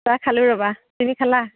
চাহ খালোঁ ৰ'বা তুমি খালা